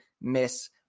miss